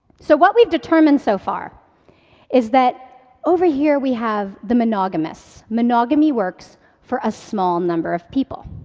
so what we've determined so far is that over here we have the monogamous. monogamy works for a small number of people.